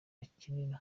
bakinira